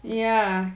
ya